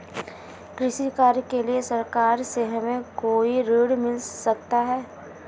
कृषि कार्य के लिए सरकार से हमें कोई ऋण मिल सकता है?